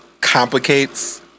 complicates